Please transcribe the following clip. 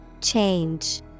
Change